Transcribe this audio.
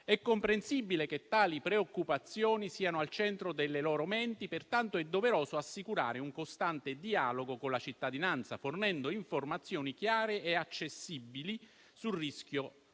È comprensibile che tali preoccupazioni siano al centro delle loro menti, pertanto è doveroso assicurare un costante dialogo con la cittadinanza, fornendo informazioni chiare e accessibili sul rischio